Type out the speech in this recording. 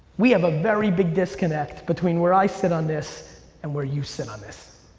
we have a very big disconnect between where i sit on this and where you sit on this.